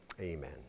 Amen